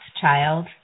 child